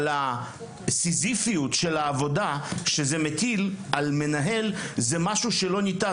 אבל הסיזיפיות של העבודה שזה מטיל על המנהל היא משהו שלא ניתן.